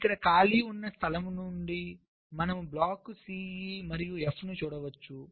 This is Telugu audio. ఇక్కడ ఉన్న ఖాళీ స్థలము నుండి మనము బ్లాక్లు C E మరియు F ని చూడవచ్చు